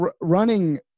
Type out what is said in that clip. running